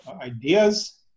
ideas